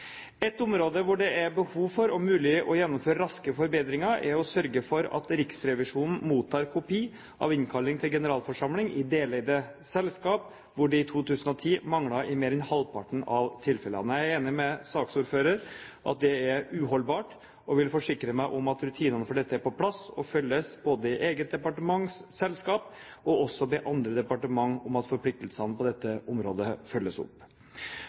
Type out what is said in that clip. Et område hvor det er behov for og mulig å gjennomføre raske forbedringer, er å sørge for at Riksrevisjonen mottar kopi av innkalling til generalforsamling i deleide selskap, hvor det i 2010 manglet i mer enn halvparten av tilfellene. Jeg er enig med saksordføreren i at det er uholdbart. Jeg vil forsikre meg om at rutinene for dette er på plass og følges både i eget departements selskaper, og også be andre departementer om at forpliktelsene på dette området følges opp.